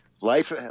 Life